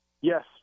Yes